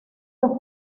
los